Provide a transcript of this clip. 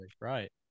Right